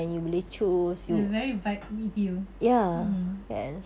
the very vibe with you mmhmm